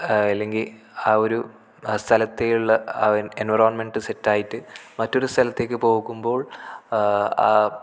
അല്ലെങ്കിൽ ആ ഒരു സ്ഥലത്തേക്കുള്ള എൻവിറോണ്മെൻറ് സെറ്റായിട്ട് മറ്റൊരു സ്ഥലത്തേക്കു പോകുമ്പോൾ